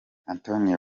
antonio